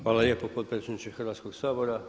Hvala lijepo potpredsjedniče Hrvatskoga sabora.